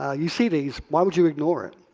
ah you see these, why would you ignore it?